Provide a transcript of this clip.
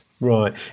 Right